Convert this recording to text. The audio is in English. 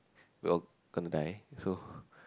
will going to die so